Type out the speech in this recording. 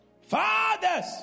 Fathers